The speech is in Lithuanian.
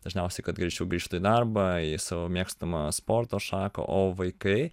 dažniausiai kad greičiau grįžtų į darbą į savo mėgstamą sporto šaką o vaikai